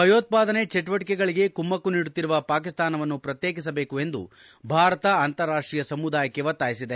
ಭಯೋತ್ಪಾದನೆ ಚಟುವಟಿಕೆಗಳಿಗೆ ಕುಮ್ಮಕ್ಕು ನೀಡುತ್ತಿರುವ ಪಾಕಿಸ್ತಾನವನ್ನು ಪ್ರತ್ಯೇಕಿಸಬೇಕು ಎಂದು ಭಾರತ ಅಂತಾರಾಷ್ಟೀಯ ಸಮುದಾಯಕ್ಕೆ ಒತ್ತಾಯಿಸಿದೆ